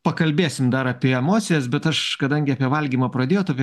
pakalbėsim dar apie emocijas bet aš kadangi apie valgymą pradėjot apie